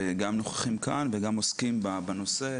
גם נוכחים כאן וגם עוסקים בנושא,